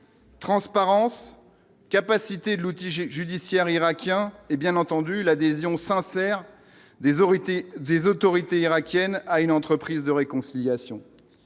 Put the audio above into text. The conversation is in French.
Transparence capacité l'outil j'judiciaire irakien et bien entendu l'adhésion sincère déshérités des autorités irakiennes à une entreprise de réconciliation